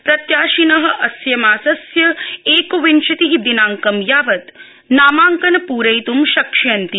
प्रत्याशिन अस्य मासस्य एकविंशति दिनांकं यावत नामांकन पूरयित्ं शक्ष्यन्ति